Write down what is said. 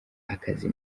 akazi